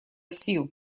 сил